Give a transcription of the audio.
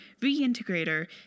reintegrator